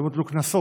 האם הוטלו קנסות